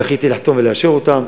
זכיתי לחתום ולאשר אותן.